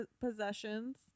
possessions